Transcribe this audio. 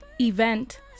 event